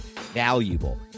valuable